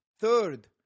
Third